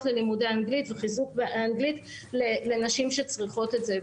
ללימודי אנגלית וחיזוק אנגלית לנשים שצריכות את זה.